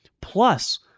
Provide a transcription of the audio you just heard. plus